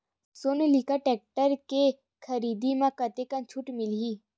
Sonalika tractor के खरीदी मा कतका छूट मीलही?